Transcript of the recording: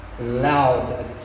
loud